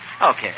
Okay